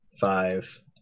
five